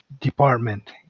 department